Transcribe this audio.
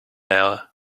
hour